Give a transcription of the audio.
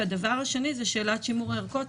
והדבר השני זאת שאלת שימור הערכות,